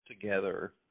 together